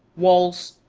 walls,